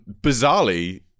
bizarrely